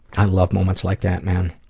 i love moments like that man.